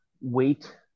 weight